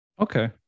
Okay